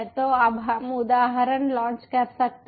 तो अब हम उदाहरण लॉन्च कर सकते हैं